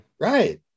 Right